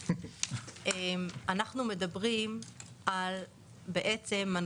אנחנו מתחילים את הדיון בהצעת חוק